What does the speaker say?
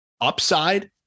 upside